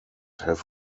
have